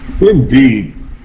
indeed